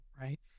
right